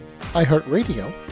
iHeartRadio